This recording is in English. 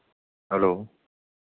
hello